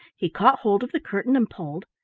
he caught hold of the curtain and pulled,